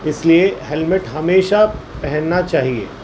اس لیے ہیلمٹ ہمیشہ پہننا چاہیے